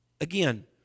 Again